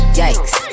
yikes